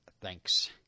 thanks